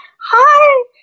hi